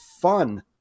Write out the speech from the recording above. fun